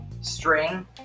string